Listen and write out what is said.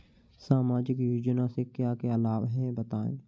सामाजिक योजना से क्या क्या लाभ हैं बताएँ?